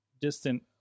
distant